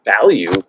Value